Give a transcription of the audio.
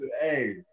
Hey